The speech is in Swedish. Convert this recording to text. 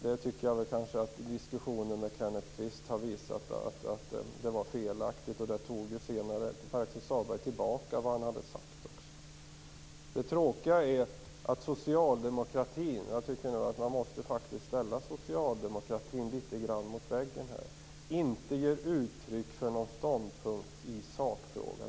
Jag tycker att diskussionen med Kenneth Kvist har visat att det var felaktigt. Pär-Axel Sahlberg tog ju senare tillbaka vad han hade sagt också. Det tråkiga är att socialdemokratin - jag tycker faktiskt att man måste ställa socialdemokratin litet grand mot väggen här - inte ger uttryck för någon ståndpunkt i sakfrågan.